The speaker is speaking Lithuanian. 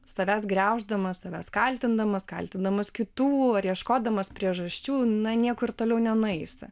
savęs griauždamas savęs kaltindamas kaltindamas kitų ar ieškodamas priežasčių na niekur toliau nenueisi